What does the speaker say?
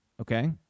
okay